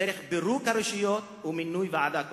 דרך פירוק הרשויות ומינוי ועדה קרואה.